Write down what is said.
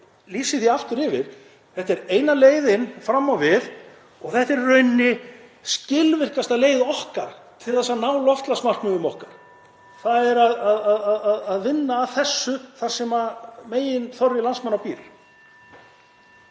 lýsi því aftur yfir: Þetta er eina leiðin fram á við og þetta er í rauninni skilvirkasta leið okkar til að ná loftslagsmarkmiðum okkar, að vinna að þessu þar sem meginþorri landsmanna býr.